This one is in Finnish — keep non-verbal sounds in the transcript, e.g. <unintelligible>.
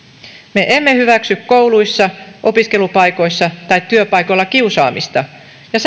me emme hyväksy kouluissa opiskelupaikoissa tai työpaikoilla kiusaamista ja <unintelligible>